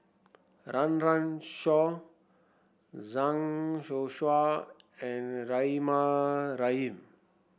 Run Run Shaw Zhang Youshuo and Rahimah Rahim